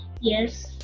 yes